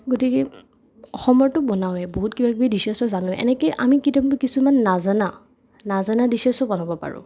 গতিকে অসমৰতো বনাওৱে বহুত কিবাকিবি ডিছেছটো জানোৱেই এনেকৈ আমি কেতিয়াবা কিছুমান নজানা নজানা ডিছেছো বনাব পাৰোঁ